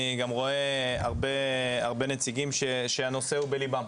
אני גם רואה הרבה נציגים שהנושא הוא בליבם.